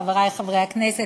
חברי חברי הכנסת,